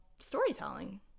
storytelling